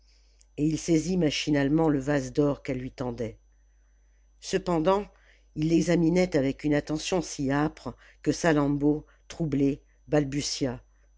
et il saisit machinalement le vase d'or qu'elle lui tendait cependant il l'examinait avec une attention si âpre que salammbô troublée